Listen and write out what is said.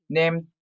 named